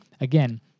again